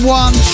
one